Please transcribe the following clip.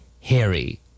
Harry